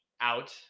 out